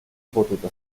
potuto